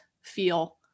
feel